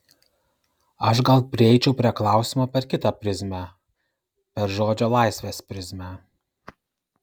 aš gal prieičiau prie klausimo per kitą prizmę per žodžio laisvės prizmę